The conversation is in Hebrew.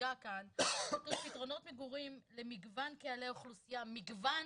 שהוצגה כאן פתרונות מגורים למגוון קהלי האוכלוסייה מגוון